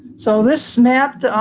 so, this map